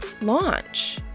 launch